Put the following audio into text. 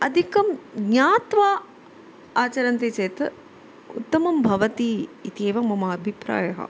अधिकं ज्ञात्वा आचरन्ति चेत् उत्तमं भवति इत्येव मम अभिप्रायः